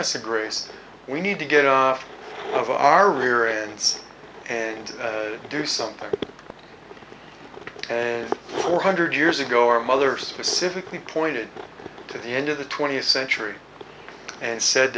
us a grace we need to get out of our rear ends and do something and four hundred years ago our mother specifically pointed to the end of the twentieth century and said